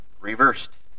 reversed